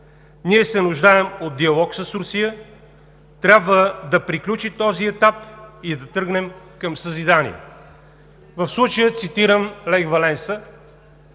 Ние се нуждаем от диалог с Русия, трябва да приключи този етап и да тръгнем към съзидание.“ В случая цитирам Лех Валенса.